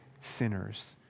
Sinners